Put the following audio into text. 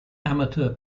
amateur